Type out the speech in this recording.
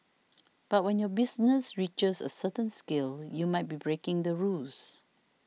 but when your business reaches a certain scale you might be breaking the rules